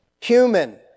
human